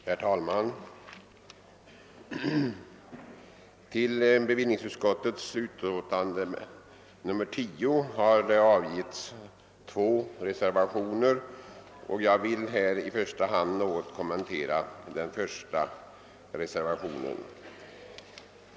Herr talman! Till bevillningsutskottets betänkande nr 10 har avgivits två reservationer, och jag vill här i första hand något kommentera reservationen 1.